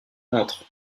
entre